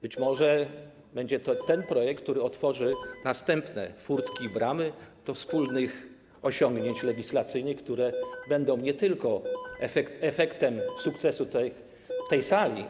Być może będzie to projekt, który otworzy następne furtki i bramy do wspólnych osiągnięć legislacyjnych, które będą nie tylko efektem sukcesu tej sali.